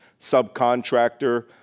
subcontractor